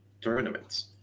tournaments